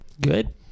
Good